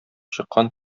чыккан